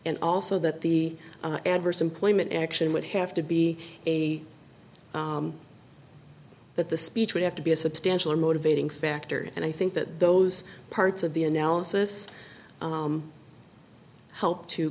and also that the adverse employment action would have to be that the speech would have to be a substantial or motivating factor and i think that those parts of the analysis helped to